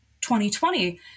2020